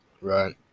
Right